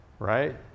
right